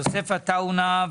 יוסף עטאונה,